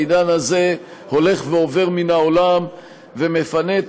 העידן הזה הולך ועובר מן העולם ומפנה את